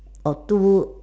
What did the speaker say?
or too